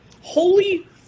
Holy